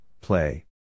play